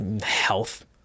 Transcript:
health